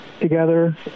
together